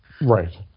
Right